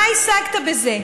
מה השגת בזה?